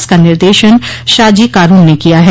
इसका निर्देशन शाजी कारून ने किया है